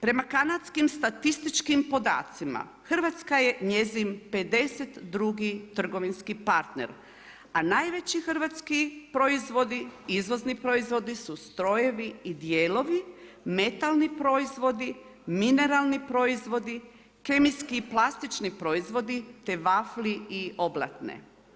Prema kanadskim statističkim podacima, Hrvatska je njezin 52. trgovinski partner, a najveći hrvatski proizvodi, izvozni proizvodi su strojevi i dijelovi, metalni proizvodi, mineralni proizvodi, kemijski i plastični proizvodi te vafli i oblatne.